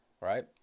right